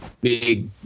big